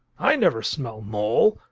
i never smell mole,